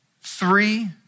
three